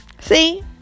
See